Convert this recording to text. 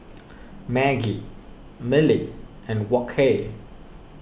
Maggi Mili and Wok Hey